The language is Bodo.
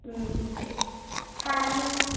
सानै